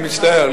אני מצטער,